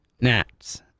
Nats